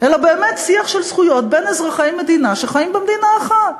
אלא באמת שיח של זכויות בין אזרחי מדינה שחיים במדינה אחת.